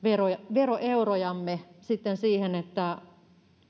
veroeurojamme sitten siihen että